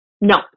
No